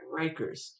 Rikers